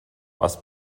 was